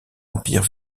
empire